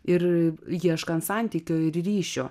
ir ieškant santykio ir ryšio